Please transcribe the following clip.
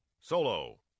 Solo